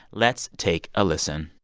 let's take a listen